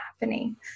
happening